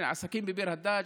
עסקים בביר הדאג'?